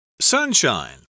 Sunshine